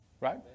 Right